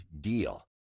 DEAL